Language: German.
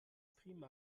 prima